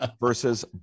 versus